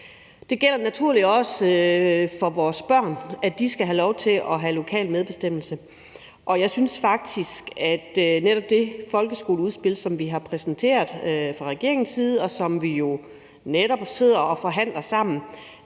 Det gælder naturligvis også for vores børn, at de skal have lov til at have lokal medbestemmelse, og jeg synes faktisk, at der i det folkeskoleudspil, som vi har præsenteret fra regeringens side, og som vi jo netop sidder og forhandler sammen,